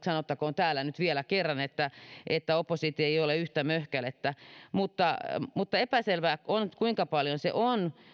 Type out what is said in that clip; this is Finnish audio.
sanottakoon täällä nyt vielä kerran että että oppositio ei ole yhtä möhkälettä mutta mutta epäselvää on kuinka paljon korotukset ovat